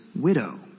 widow